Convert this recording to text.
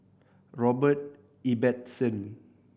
Robert Ibbetson